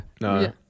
no